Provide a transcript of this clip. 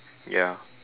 ya